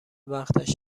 وقتش